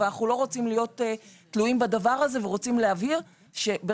אבל אנחנו לא רוצים להיות תלויים בדבר הזה ורוצים להבהיר שברגע